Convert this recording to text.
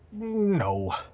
no